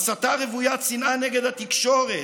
הסתה רווית שנאה נגד התקשורת,